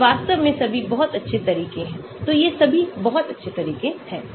वे वास्तव में सभी बहुत अच्छे तरीके हैं तो ये सभी बहुत अच्छे तरीके हैं